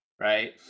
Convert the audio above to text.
right